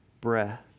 breath